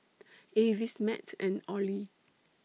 Avis Matt and Ollie